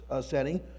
setting